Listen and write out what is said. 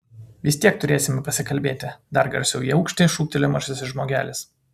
vis tiek turėsime pasikalbėti dar garsiau į aukštį šūktelėjo mažasis žmogelis